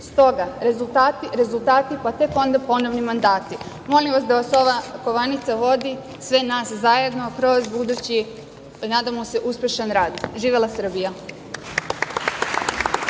S toga rezultati, rezultati, pa tek onda ponovni mandati". Molim vas da vas ova kovanica sve vodi, sve nas zajedno kroz budući, nadamo se uspešan rad. Živela Srbija.